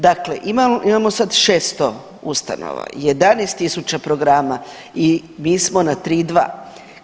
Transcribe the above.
Dakle, imamo sad 600 ustanova, 11.000 programa i mi smo na 3,2.